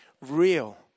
Real